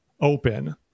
open